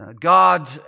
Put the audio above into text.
God